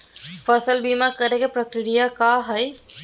फसल बीमा करे के प्रक्रिया का हई?